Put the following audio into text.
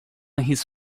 his